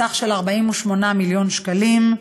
בסך 48 מיליון שקלים.